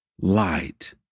light